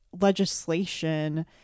legislation